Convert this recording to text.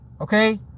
Okay